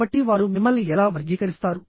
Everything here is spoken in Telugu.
కాబట్టి వారు మిమ్మల్ని ఎలా వర్గీకరిస్తారు